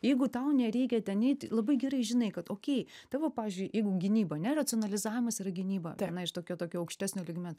jeigu tau nereikia ten eiti labai gerai žinai kad okei tavo pavyzdžiui jeigu gynyba ane racionalizavimas yra gynyba viena iš tokio tokio aukštesnio lygmens